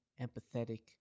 empathetic